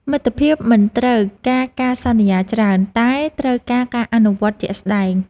មិត្តភាពមិនត្រូវការការសន្យាច្រើន តែត្រូវការការអនុវត្តជាក់ស្ដែង។